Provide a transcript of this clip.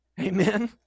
Amen